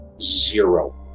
zero